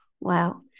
Wow